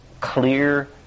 clear